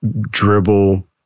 dribble